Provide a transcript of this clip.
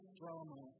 drama